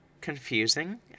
confusing